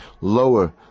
lower